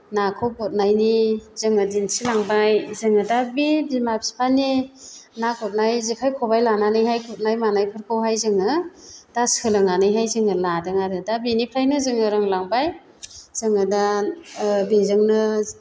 ना गुरनायखौ जोंनो दिन्थिलांबाय जोङो दा बे बिमा बिफानि ना गुरनाय जेखाइ खबाइ लानानैहाय गुरनाय मानायफोरखौहाय जोङो दा सोलोंनानैहाय जोङो लादों आरो दा बेनिफ्रायनो जोङो रोंलांबाय जोङो दा बेजोंनो